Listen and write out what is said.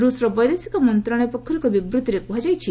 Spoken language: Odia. ରୁଷର ବୈଦେଶିକ ମନ୍ତ୍ରଣାଳୟ ପକ୍ଷରୁ ଏକ ବିବୃତ୍ତିରେ କୁହାଯାଇଛି